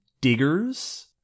diggers